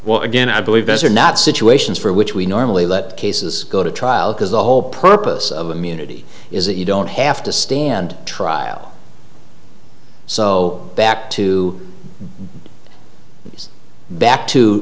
well again i believe this or not situations for which we normally let cases go to trial because the whole purpose of immunity is that you don't have to stand trial so back to back to